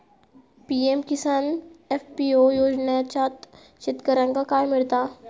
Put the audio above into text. PM Kisan FPO योजनाच्यात शेतकऱ्यांका काय मिळता?